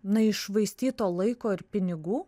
na iššvaistyto laiko ir pinigų